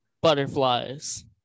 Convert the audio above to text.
Butterflies